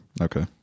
Okay